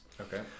okay